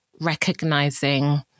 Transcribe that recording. recognizing